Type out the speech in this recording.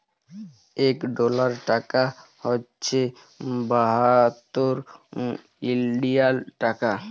ইক ডলার টাকা হছে বাহাত্তর ইলডিয়াল টাকা